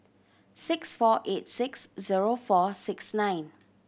six four eight six zero four six nine